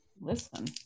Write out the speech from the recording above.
Listen